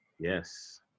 Yes